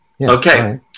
Okay